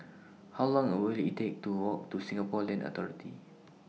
How Long Will IT Take to Walk to Singapore Land Authority